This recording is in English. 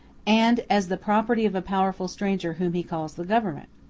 and as the property of a powerful stranger whom he calls the government.